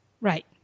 Right